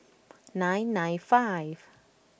nine nine five